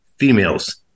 females